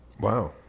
Wow